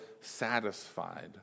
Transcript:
satisfied